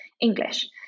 English